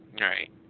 Right